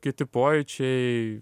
kiti pojūčiai